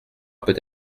peut